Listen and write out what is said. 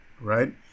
right